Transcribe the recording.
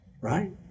Right